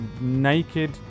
naked